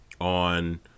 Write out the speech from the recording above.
on